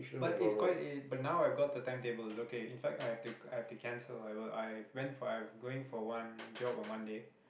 but it's quite it but now I've got the timetable it's okay in fact I have to I have to cancel I were I went for I'm going for one job on Monday